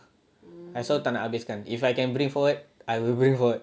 I selalu tak nak habiskan if I can bring forward I will bring forward